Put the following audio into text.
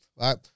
right